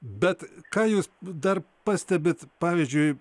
bet ką jūs dar pastebit pavyzdžiui